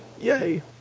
Yay